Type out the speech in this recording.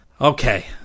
Okay